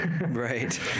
Right